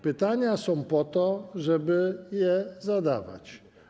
Pytania są po to, żeby je zadawać.